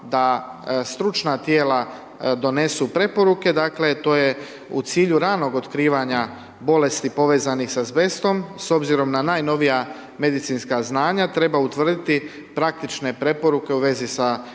da stručna tijela donesu preporuke dakle to je u cilju ranog otkrivanja bolesti povezanih sa azbestom s obzirom na najnovija medicinska znanja treba utvrditi praktične preporuke u vezi sa